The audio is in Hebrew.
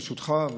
ברשותך,